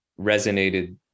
resonated